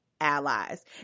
Allies